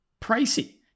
pricey